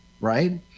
right